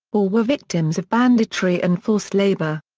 or were victims of banditry and forced labor.